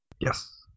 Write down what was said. yes